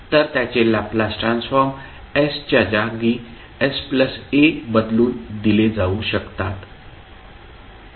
तर त्याचे Laplace transform s च्या जागी sa बदलून दिले जाऊ शकतात